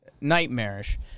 nightmarish